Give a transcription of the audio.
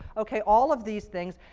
okay, all of these things.